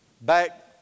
back